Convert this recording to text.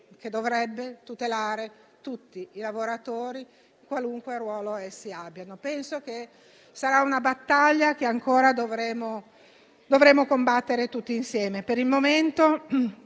dovrebbe tutelare tutti i lavoratori, qualunque ruolo essi abbiano. È una battaglia che ancora dovremo combattere tutti insieme.